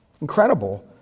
Incredible